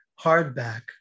hardback